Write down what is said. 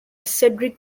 cedric